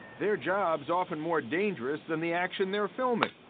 their job's often more dangerous than the action they're filming.